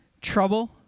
trouble